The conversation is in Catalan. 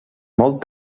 molt